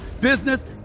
business